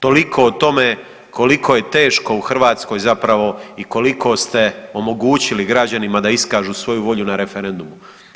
Toliko o tome koliko je teško u Hrvatskoj zapravo i koliko ste omogućili građanima da iskažu svoju volju na referendumu.